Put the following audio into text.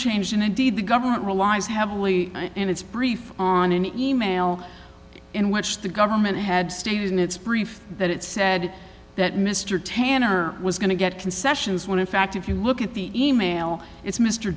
change and indeed the government relies heavily in its brief on an e mail in which the government had stated in its brief that it said that mr tanner was going to get concessions when in fact if you look at the e mail it's mr